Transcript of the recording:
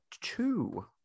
two